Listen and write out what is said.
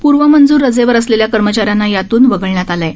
पूर्वमंजूर रजेवर असलेल्या कर्मचाऱ्यांना यातून वगळण्यात आले आहे